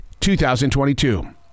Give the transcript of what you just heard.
2022